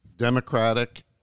Democratic